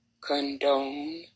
condone